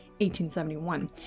1871